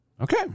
okay